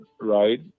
right